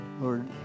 Lord